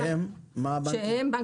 שהם, מה הבנקים?